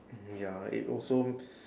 ya it also